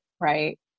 right